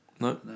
No